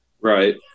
Right